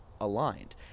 aligned